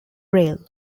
rail